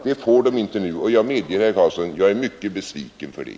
Det får de inte nu, och jag medger, herr Karlsson, att jag är mycket besviken över det.